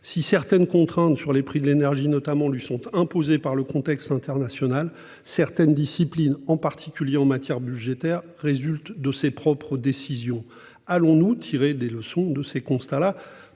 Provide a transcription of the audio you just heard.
Si certaines contraintes, sur les prix de l'énergie notamment, lui sont imposées par le contexte international, certaines disciplines, en particulier en matière budgétaire, résultent de ses propres décisions. » Allons-nous tirer des leçons de ces constats